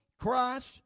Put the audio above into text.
Christ